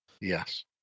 Yes